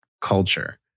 culture